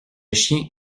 chien